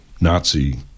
Nazi